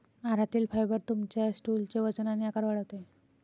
आहारातील फायबर तुमच्या स्टूलचे वजन आणि आकार वाढवते